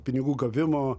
pinigų gavimo